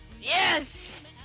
Yes